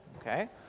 okay